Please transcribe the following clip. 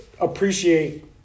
appreciate